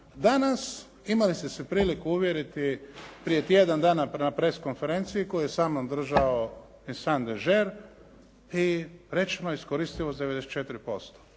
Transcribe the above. Danas imali ste se priliku uvjeriti prije tjedan dana prema press konferenciji koju je sa mnom držao Vincent Degert i rečeno je iskoristivost 94%.